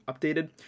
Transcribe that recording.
updated